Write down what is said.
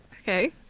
Okay